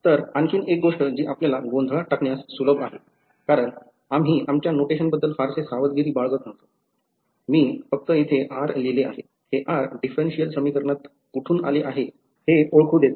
तर आणखी एक गोष्ट जी आपल्याला गोंधळात टाकण्यास सुलभ आहे कारण आम्ही आमच्या नोटेशनबद्दल फारसे सावधगिरी बाळगत नव्हतो मी फक्त येथे r लिहिले आहे हे r differential समीकरणात कुठून आले आहे हे ओळखू देते